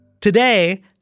Today